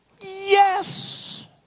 Yes